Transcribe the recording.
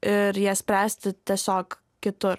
ir jas spręsti tiesiog kitur